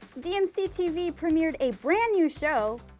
dmc tv premiered a brand new show,